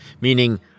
meaning